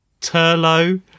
Turlo